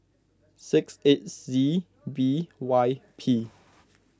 six eight Z B Y P